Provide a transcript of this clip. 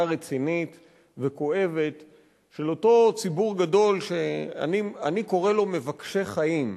רצינית וכואבת של אותו ציבור גדול שאני קורא לו "מבקשי חיים".